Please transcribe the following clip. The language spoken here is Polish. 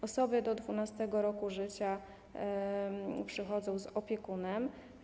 Osoby do 12. roku życia przychodzą z opiekunem.